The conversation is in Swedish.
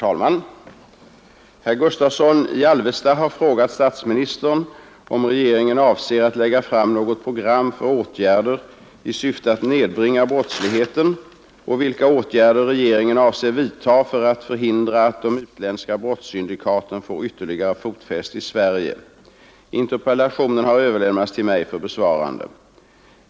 att nedbringa brottsligheten att nedbringa brottsligheten Herr talman! Herr Gustavsson i Alvesta har frågat statsministern om regeringen avser att lägga fram något program för åtgärder i syfte att nedbringa brottsligheten och vilka åtgärder regeringen avser vidta för att förhindra att de utländska brottssyndikaten får ytterligare fotfäste i Sverige. Interpellationen har överlämnats till mig för besvarande.